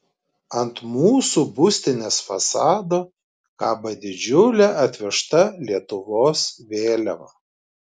ant mūsų būstinės fasado kabo didžiulė atvežta lietuvos vėliava